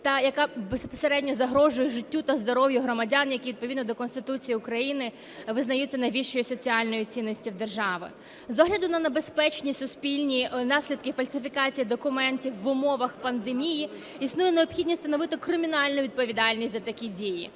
яка безпосередньо загрожує життю та здоров'ю громадян, які відповідно до Конституції України визнаються найвищою соціальною цінністю в державі. З огляду на небезпечні суспільні наслідки фальсифікації документів в умовах пандемії існує необхідність встановити кримінальну відповідальність за такі дії.